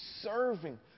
serving